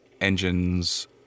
engines